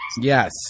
Yes